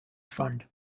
fund